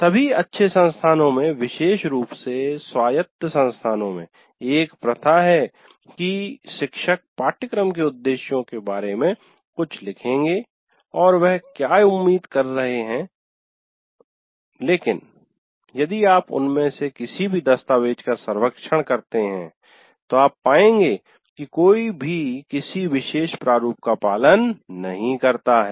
सभी अच्छे संस्थानों में विशेष रूप से स्वायत्त संस्थानों में एक प्रथा है कि शिक्षक पाठ्यक्रम के उद्देश्यों के बारे में कुछ लिखेंगे और वह क्या उम्मीद कर रहे हैं लेकिन यदि आप इनमें से किसी भी दस्तावेज का सर्वेक्षण करते हैं तो आप पाएंगे कि कोई भी किसी विशेष प्रारूप का पालन नहीं करता है